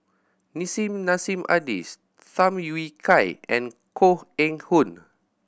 Nissim Nassim Adis Tham Yui Kai and Koh Eng Hoon